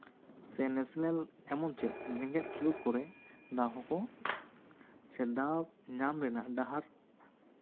ᱥᱮ ᱱᱮᱥᱮᱱᱮᱞ ᱮᱢᱚᱱ ᱪᱮᱫ ᱡᱮᱸᱜᱮᱛ ᱠᱷᱮᱞᱳᱰ ᱠᱚᱨᱮ ᱫᱟᱣ ᱦᱚᱸᱠᱚ ᱥᱮ ᱫᱟᱣ ᱧᱟᱢ ᱨᱮᱱᱟᱜ ᱰᱟᱦᱟᱨ